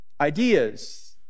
ideas